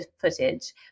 footage